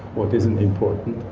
what isn't important.